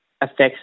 affects